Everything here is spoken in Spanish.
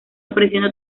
ofreciendo